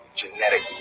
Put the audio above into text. genetic